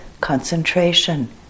concentration